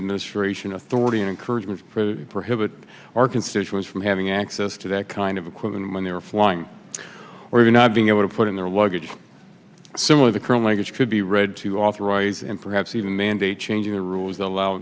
administration authority an encouragement for the prohibit our constituents from having access to that kind of equipment when they're flying or you're not being able to put in their luggage some of the current language could be read to authorize and perhaps even mandate changing the rules allow